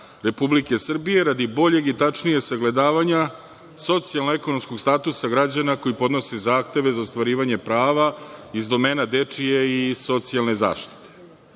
Republike Srbije radi boljeg i tačnijeg sagledavanja socijalno-ekonomskog statusa građana koji podnose zahteve za ostvarivanje prava iz domena dečije i socijalne zaštite.